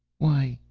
why,